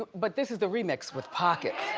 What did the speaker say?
but this is the remix with pockets.